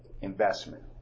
investment